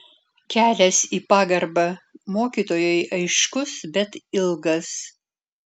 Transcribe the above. kelias į pagarbą mokytojui aiškus bet ilgas